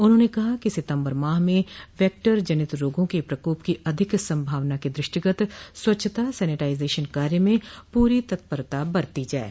उन्होंने कहा कि सितम्बर माह में वैक्टर जनित रोगों के प्रकोप की अधिक संभावना के दृष्टिगत स्वच्छता सैनिटाइजेशन कार्य में पूरी तत्परता बरती जाये